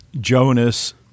Jonas